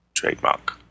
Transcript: trademark